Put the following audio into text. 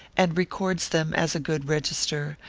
and records them as a good register,